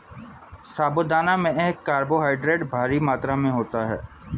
साबूदाना में कार्बोहायड्रेट भारी मात्रा में होता है